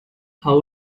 how